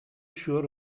sure